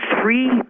three